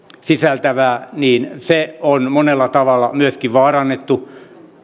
sisältävää on monella tavalla myöskin vaarannettu